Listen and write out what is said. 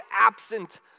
absent